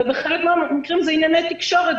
ובחלק מן המקרים זה ענייני תקשורת,